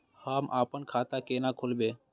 हम आपन खाता केना खोलेबे?